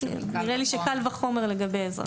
נראה לי שקל וחומר לגבי אזרח.